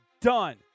done